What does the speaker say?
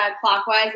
clockwise